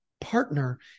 partner